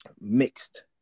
mixed